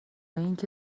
اینکه